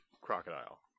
Crocodile